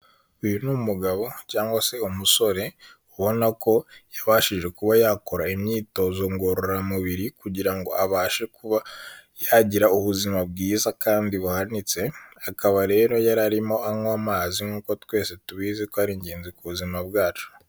Uyu n’umugabo cyangwa se umusore ubona ko yabashije kuba yakora imyitozo ngororamubiri kugira ngo abashe kuba yagira ubuzima bwiza kandi buhanitse akaba rero yarimo anywa amazi nk'uko twese tubizi ko ari ingenzi ku buzima bwacu.